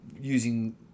using